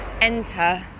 enter